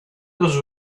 was